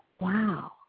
wow